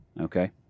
Okay